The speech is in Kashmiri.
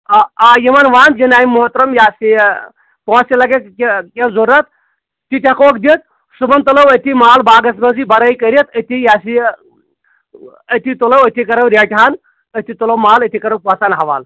آ آ یِمَن وَن جِنابہِ موٚحتَرَم یہِ ہَسا یہِ پونٛسہٕ تہِ لگٮ۪کھ یہِ کیٚنہہ ضوٚرَتھ تہِ تہِ ہٮ۪کوہکھ دِتھ صُبحَن تُلو أتھی مال باغَس منٛز یہِ بَرٲے کٔرِتھ أتھی یہِ ہَسا یہِ أتھی تُلو أتھی کرو ریٹہِ ہَن أتھی تُلو مال أتھی کرو پونٛسہٕ ہَن حَوالہٕ